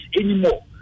anymore